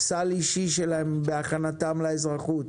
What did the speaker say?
סל אישי להכנתם לאזרחות.